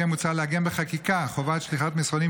כמו כן מוצע לעגן בחקיקה חובת שליחת מסרונים